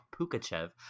Pukachev